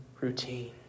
routine